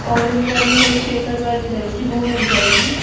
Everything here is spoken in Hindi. औरेंज वाली वही केसर वाली रहेगी वो मिल जाएगी